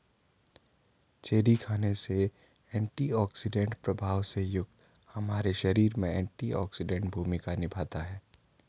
cherry खाने से antioxidant प्रभाव से युक्त हमारे शरीर में एंटीऑक्सीडेंट भूमिका निभाता है